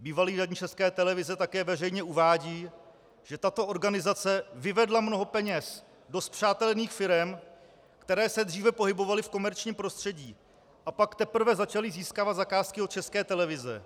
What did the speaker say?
Bývalý radní České televize také veřejně uvádí, že tato organizace vyvedla mnoho peněz do spřátelených firem, které se dříve pohybovaly v komerčním prostředí, a pak teprve začaly získávat zakázky od České televize.